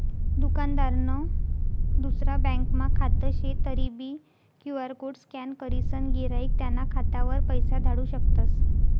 दुकानदारनं दुसरा ब्यांकमा खातं शे तरीबी क्यु.आर कोड स्कॅन करीसन गिराईक त्याना खातावर पैसा धाडू शकतस